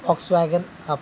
Volkswagen up